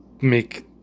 make